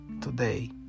today